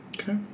Okay